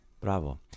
Bravo